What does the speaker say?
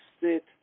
sit